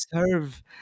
serve